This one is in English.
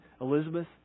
Elizabeth